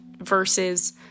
versus